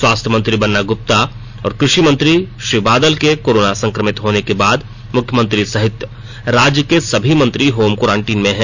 स्वास्थ्य मंत्री बन्ना गुप्ता और कृषि मंत्री श्री बादल के कोरोनो संक्रमित होने के बाद मुख्यमंत्री सहित राज्य के सभी मंत्री होम कोरोनटाईन हैं